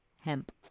hemp